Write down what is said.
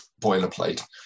boilerplate